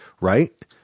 right